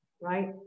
right